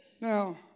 Now